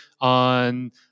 on